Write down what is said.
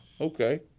Okay